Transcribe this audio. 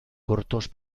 cortos